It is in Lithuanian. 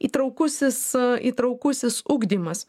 įtraukusis įtraukusis ugdymas